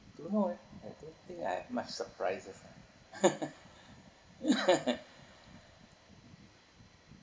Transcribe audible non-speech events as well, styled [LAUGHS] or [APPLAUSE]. don't know I don't think I have much surprises ah [LAUGHS]